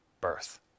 birth